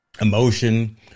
emotion